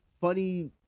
funny